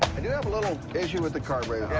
i do have a little issue with the carburetor.